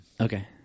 Okay